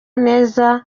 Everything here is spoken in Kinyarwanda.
neza